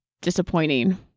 disappointing